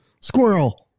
squirrel